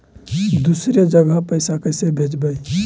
दुसरे जगह पैसा कैसे भेजबै?